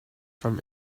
from